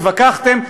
התווכחתם,